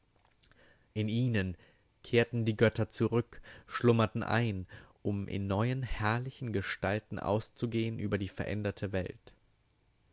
in ihn kehrten die götter zurück schlummerten ein um in neuen herrlichern gestalten auszugehn über die veränderte welt